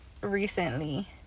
recently